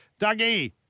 Dougie